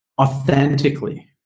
authentically